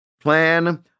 plan